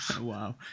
Wow